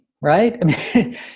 right